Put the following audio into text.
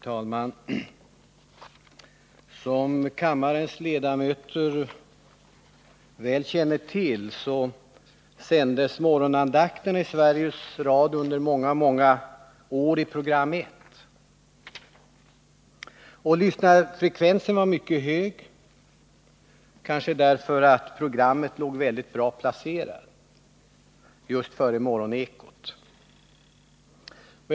Herr talman! Som kammarens ledamöter väl känner till sändes radions morgonandakt under många år i program 1. Lyssnarfrekvensen var mycket hög, kanske för att programmet var mycket bra placerat — just före radions Morgoneko.